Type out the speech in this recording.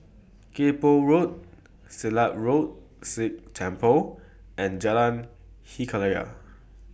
Kay Poh Road Silat Road Sikh Temple and Jalan Hikayat